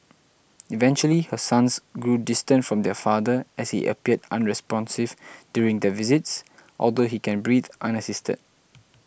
eventually her sons grew distant from their father as he appeared unresponsive during their visits although he can breathe unassisted